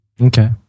Okay